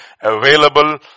available